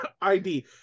ID